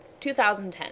2010